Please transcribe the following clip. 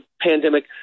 pandemic